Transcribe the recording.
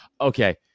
Okay